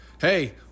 Hey